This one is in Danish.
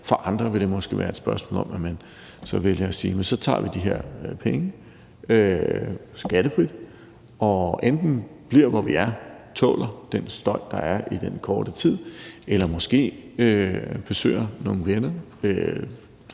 for andre vil det måske være et spørgsmål om, at man så vælger at sige, at man så tager de her penge skattefrit og enten bliver, hvor man er, og tåler den støj, der er i den korte tid, eller måske besøger nogle venner.